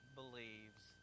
believes